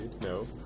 no